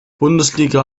bundesliga